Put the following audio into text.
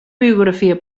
biografia